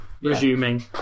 resuming